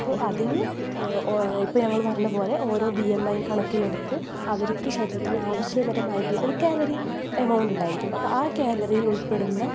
അപ്പോൾ അതിന് ഇപ്പോൾ ഞങ്ങൾ പറഞ്ഞത് പോലെ ഓരോ ബി എം ഐ കണക്കിലെടുത്ത് അവർക്ക് ശരീരത്തിന് ആവശ്യപരമായിട്ടുള്ള ഒരു കാലറി എമൗണ്ട് ഉണ്ടായിരിക്കും അപ്പം ആ കാലറിയിൽ ഉൾപ്പെടുന്ന